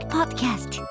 Podcast